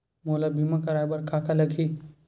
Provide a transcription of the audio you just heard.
मोला बीमा कराये बर का का लगही?